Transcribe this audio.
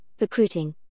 Recruiting